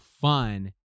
fun